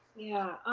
yeah.